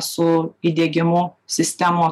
su įdiegimu sistemo